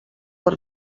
per